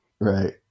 Right